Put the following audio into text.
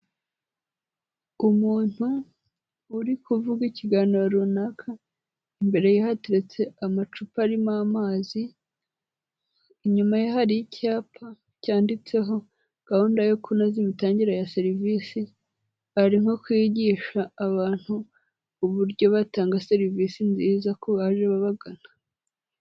Umuntu uri kuvuga ikiganiro runaka imbere ye hateretse amacupa arimo amazi, inyuma ye hari icyapa cyanditseho gahunda yo kunoza imitangire ya serivisi, ari nko kwigisha abantu uburyo batanga serivisi nziza ku baje babagana.